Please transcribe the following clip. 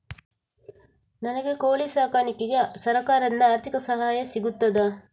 ನನಗೆ ಕೋಳಿ ಸಾಕಾಣಿಕೆಗೆ ಸರಕಾರದಿಂದ ಆರ್ಥಿಕ ಸಹಾಯ ಸಿಗುತ್ತದಾ?